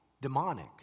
demonic